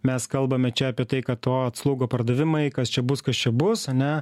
mes kalbame čia apie tai kad to atslūgo pardavimai kas čia bus kas čia bus ane